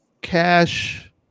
cash